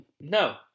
No